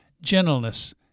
gentleness